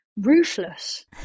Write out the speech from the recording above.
ruthless